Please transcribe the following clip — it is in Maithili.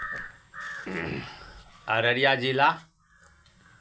अररिया जिला